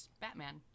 Batman